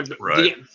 Right